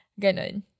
Ganon